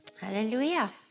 Hallelujah